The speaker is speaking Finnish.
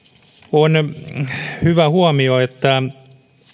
on hyvä huomio että